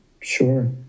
sure